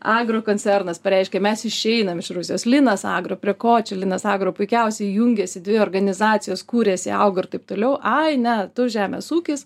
agrokoncernas pareiškė mes išeinam iš rusijos linas agro prie ko čia linas agro puikiausiai jungiasi dvi organizacijos kūrėsi augo ir taip toliau ai ne tu žemės ūkis